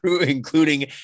including